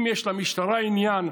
אם יש למשטרה עניין,